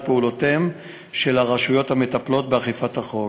פעולותיהן של הרשויות המטפלות באכיפת החוק.